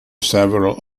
several